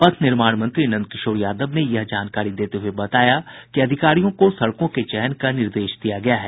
पथ निर्माण मंत्री नंदकिशोर यादव ने यह जानकारी देते हुये बताया कि अधिकारियों को सड़कों के चयन का निर्देश दिया गया है